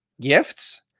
gifts